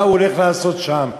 מה הוא הולך לעשות שם.